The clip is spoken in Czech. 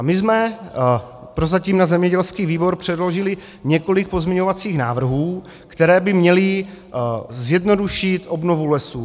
My jsme prozatím na zemědělský výbor předložili několik pozměňovacích návrhů, které by měly zjednodušit obnovu lesů.